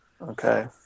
Okay